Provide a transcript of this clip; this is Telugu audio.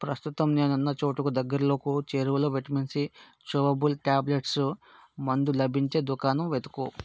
ప్రస్తుతం నేనున్న చోటుకు దగ్గరలోపు చేరువలో విటమిన్ సి చూవబుల్ టాబ్లెట్స్ మందు లభించే దుకాణం వెతుకు